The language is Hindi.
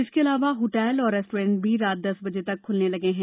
इसके अलावा होटल और रेस्तरां भी रात दस बजे तक खुलने लगे हैं